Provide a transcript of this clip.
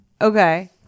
okay